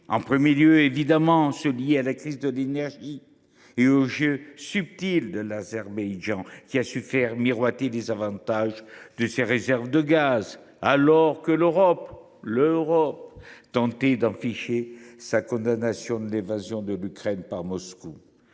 En premier lieu, évidemment, ceux qui sont liés à la crise de l’énergie et au jeu subtil de l’Azerbaïdjan, qui a su faire miroiter les avantages de ses réserves de gaz, alors que l’Europe tentait d’afficher sa condamnation de l’évasion de l’Ukraine par Moscou.